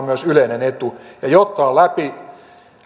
myös yleinen etu ja jotta on läpi